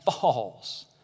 falls